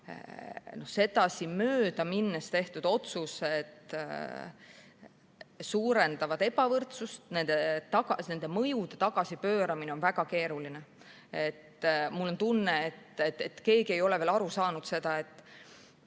Aga sedasi möödaminnes tehtud otsused suurendavad ebavõrdsust ja nende mõju tagasipööramine on väga keeruline. Mul on tunne, et keegi ei ole veel aru saanud, et